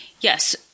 Yes